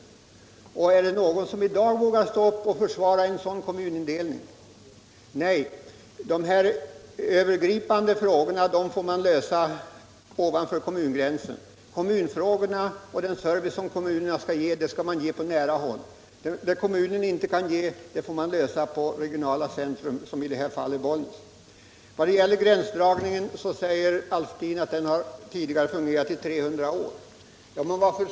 Är det någon som i dag vågar stå upp och försvara en sådan kommunindelning? Nej, de övergripande frågorna får man lösa ovanför kommungränsen. Den service som kommunerna skall ge, den skall man ge på nära håll. Den service kommunen inte klarar av får man ge i ett regionalt centrum - i det här fallet Bollnäs. Vad gäller gränsdragningen säger herr Alftin att den tidigare har fungerat i 300 år.